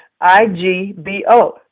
I-G-B-O